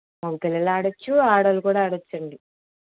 మగ పిల్లలు ఆడవచ్చు ఆడ వాళ్ళు కూడా ఆడవచ్చు అండి